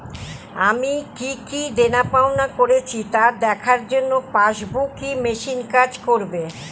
আমি কি কি দেনাপাওনা করেছি তা দেখার জন্য পাসবুক ই মেশিন কাজ করবে?